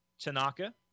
Tanaka